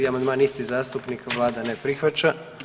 1. amandman isti zastupnik, vlada ne prihvaća.